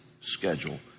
schedule